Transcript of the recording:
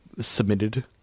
submitted